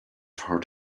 hurt